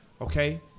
okay